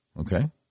Okay